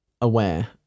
aware